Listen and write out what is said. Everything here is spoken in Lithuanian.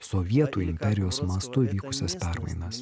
sovietų imperijos mastu įvykusias permainas